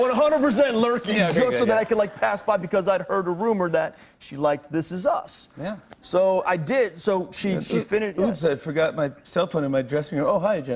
but hundred percent lurking. just so that i could, like, pass by because i'd heard a rumor that she liked this is us. yeah so, i did so, she and she finished oops. i forgot my cellphone in my dressing room. oh, hi, yeah